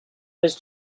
was